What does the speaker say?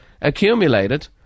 accumulated